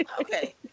Okay